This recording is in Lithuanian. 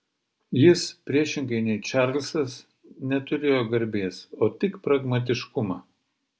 jis priešingai nei čarlzas neturėjo garbės o tik pragmatiškumą